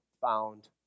found